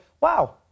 wow